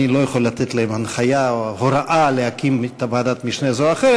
אני לא יכול לתת להן הנחיה או הוראה להקים ועדת משנה זו או אחרת.